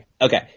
Okay